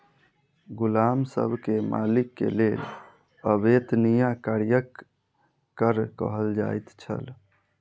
गुलाम सब के मालिक के लेल अवेत्निया कार्यक कर कहल जाइ छल